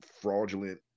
fraudulent